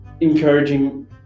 encouraging